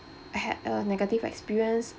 had a negative experience